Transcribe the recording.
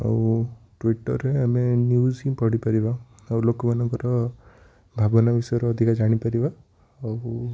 ଆଉ ଟୁଇଟରରେ ଆମେ ନ୍ୟୁଜ୍ ହିଁ ପଢ଼ିପାରିବା ଆଉ ଲୋକମାନଙ୍କର ଭାବନା ବିଷୟରେ ଅଧିକା ଜାଣିପାରିବା ଆଉ